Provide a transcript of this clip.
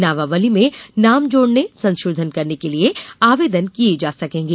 नामावली में नाम जोड़नेए संशोधन करने के लिये आवेदन किये जा सकेंगे